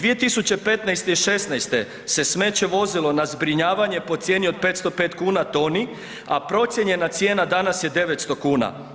2015. i '16. se smeće vozilo na zbrinjavanje po cijeni od 505,00 kn po toni, a procijenjena cijena danas je 900 kuna.